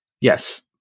Yes